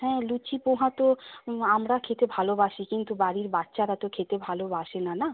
হ্যাঁ লুচি পোহা তো আমরা খেতে ভালোবাসি কিন্তু বাড়ির বাচ্চারা তো খেতে ভালোবাসে না না